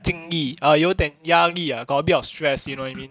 敬意 err 有点压力 ah got a bit of stress you know what I mean